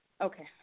Okay